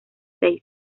seis